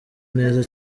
neza